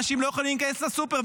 אנשים לא יכולים להיכנס לסופר,